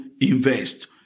invest